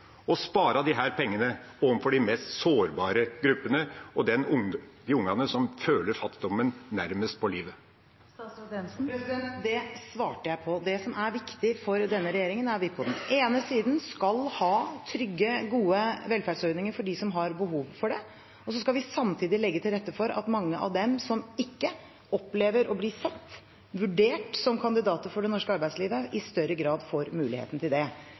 å spare disse pengene overfor de mest sårbare gruppene og de barna som føler fattigdommen nærmest på livet? Det svarte jeg på. Det som er viktig for denne regjeringen, er at vi på den ene siden skal ha trygge, gode velferdsordninger for dem som har behov for det, og så skal vi samtidig legge til rette for at mange av dem som ikke opplever å bli sett og vurdert som kandidater for det norske arbeidslivet, i større grad får muligheten til det. Det vil være et viktig bidrag til å styrke den enkeltes økonomi, det